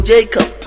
Jacob